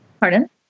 pardon